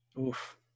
Oof